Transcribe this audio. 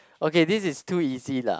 okay this is too easy lah